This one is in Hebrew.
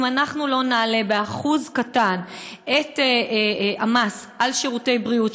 אם אנחנו לא נעלה באחוז קטן את המס על שירותי בריאות,